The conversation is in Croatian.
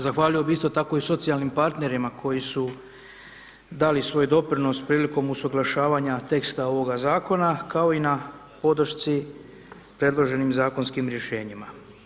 Zahvalio bi isto tako i socijalnim partnerima koji su dali svoj doprinos prilikom usuglašavanja teksta ovoga zakona, kao i na podršci predloženim zakonskim rješenjima.